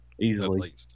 Easily